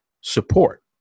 support